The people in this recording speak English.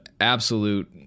absolute